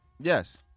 Yes